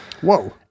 Whoa